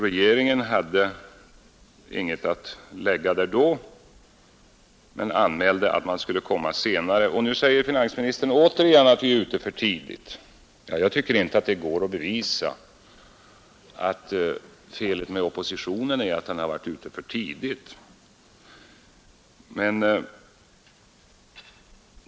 Regeringen hade inget att lägga där då men anmälde att den skulle komma senare. Och nu säger finansministern återigen att vi är ute för tidigt. Jag tycker inte att det går att bevisa att felet med oppositionen är att den har varit ute för tidigt.